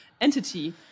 entity